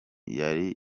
yari